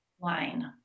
line